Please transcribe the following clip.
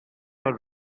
her